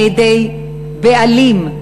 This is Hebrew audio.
על-ידי בעלים,